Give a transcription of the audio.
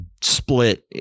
split